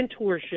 mentorship